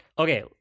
Okay